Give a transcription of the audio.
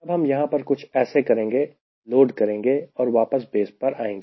तब हम यहां पर कुछ ऐसे करेंगे लोड करेंगे और वापस बेस पर आएंगे